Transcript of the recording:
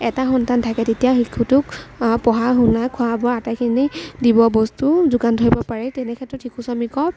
এটা সন্তান থাকে তেতিয়া শিশুটোক পঢ়া শুনা খোৱা বোৱা আটাইখিনি দিব বস্তু যোগান ধৰিব পাৰে তেনেক্ষেত্ৰত শিশু শ্ৰমিকৰ